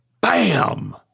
bam